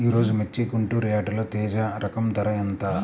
ఈరోజు మిర్చి గుంటూరు యార్డులో తేజ రకం ధర ఎంత?